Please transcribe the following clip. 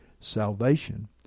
salvation